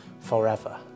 forever